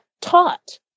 taught